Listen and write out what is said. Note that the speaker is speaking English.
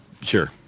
Sure